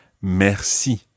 merci